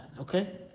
okay